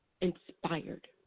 inspired